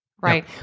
right